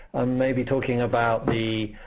i'm maybe talking about the